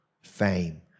fame